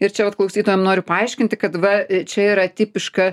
ir čia vat klausytojam noriu paaiškinti kad va čia yra tipiška